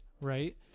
right